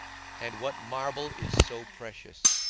and what marble is so precious?